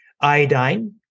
iodine